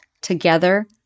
together